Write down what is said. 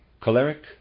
Choleric